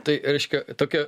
tai reiškia tokia